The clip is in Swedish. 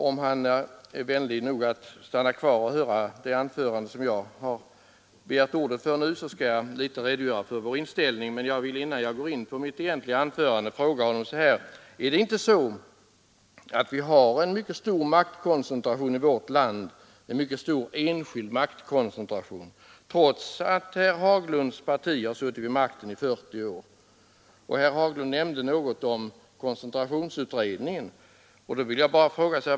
Om han är vänlig nog att stanna kvar och lyssna på det anförande som jag begärt ordet för nu, skall jag redogöra litet för vår inställning. Nr 99 Innan jag går in på mitt egentliga anförande vill jag emellertid ställa ett Torsdagen den par frågor till herr Haglund. Är det inte så att vi har en mycket stor 24 maj 1973 enskild maktkoncentration i vårt land, trots att herr Haglunds parti har suttit vid makten i 40 år? Herr Haglund nämnde något om koncentra Allmänna pensionstionsutredningen.